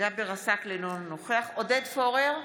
ג'אבר עסאקלה, אינו נוכח עודד פורר,